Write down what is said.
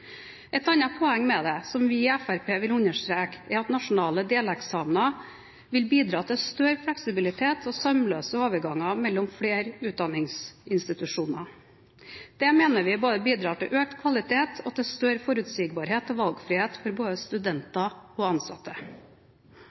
Et annet poeng med dette, som vi i Fremskrittspartiet vil understreke, er at nasjonale deleksamener vil bidra til større fleksibilitet og sømløse overganger mellom flere utdanningsinstitusjoner. Dette mener vi bidrar til økt kvalitet og til større forutsigbarhet og valgfrihet for både studenter og ansatte.